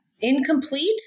incomplete